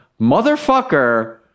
Motherfucker